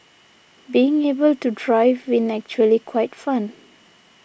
being able to drive in actually quite fun